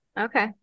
Okay